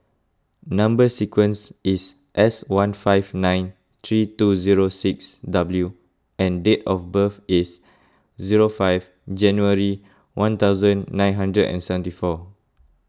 Number Sequence is S one five nine three two zero six W and date of birth is zero five January one thousand nine hundred and seventy four